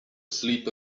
sleep